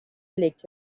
gelegt